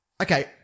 Okay